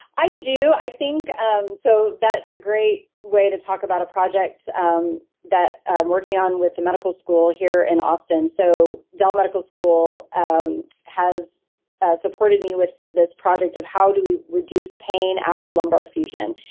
i do. i think um so that's a great way to talk about a project um that i'm working on with the medical school here in austin. so dell medical school um has ah supported me with this project of how do we reduce pain after lumbar fusion,